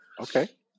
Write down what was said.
okay